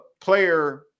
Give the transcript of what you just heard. player –